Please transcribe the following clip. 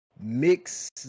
Mix